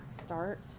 start